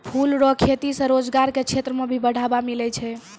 फूलो रो खेती से रोजगार के क्षेत्र मे भी बढ़ावा मिलै छै